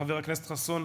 חבר הכנסת חסון,